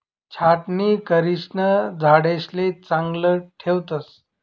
छाटणी करिसन झाडेसले चांगलं ठेवतस